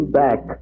back